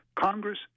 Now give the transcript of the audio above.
Congress